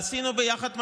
עשינו ביחד מהפכה.